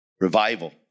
revival